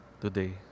today